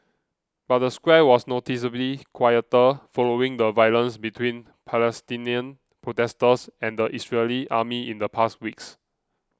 but the square was noticeably quieter following the violence between Palestinian protesters and the Israeli army in the past weeks